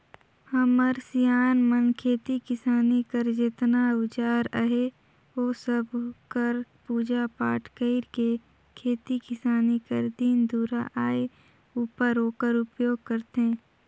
हमर सियान मन खेती किसानी कर जेतना अउजार अहे ओ सब कर पूजा पाठ कइर के खेती किसानी कर दिन दुरा आए उपर ओकर उपियोग करथे